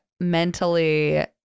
mentally